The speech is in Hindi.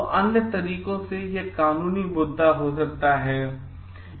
तो अन्य तरीकों से यह कानूनी मुद्दा हो सकता है